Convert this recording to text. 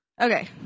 Okay